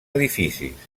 edificis